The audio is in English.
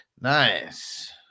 Nice